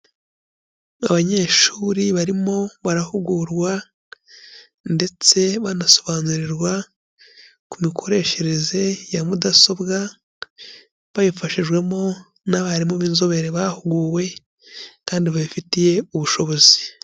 Abanyeshuri barimo barahugurwa ndetse banasobanurirwa ku mikoreshereze ya mudasobwa, babifashijwemo n'abarimu b'inzobere bahuguwe kandi babifitiye ubushobozi.